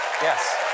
Yes